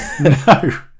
No